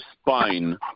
spine